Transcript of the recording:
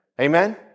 Amen